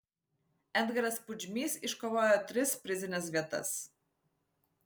edgaras pudžmys iškovojo tris prizines vietas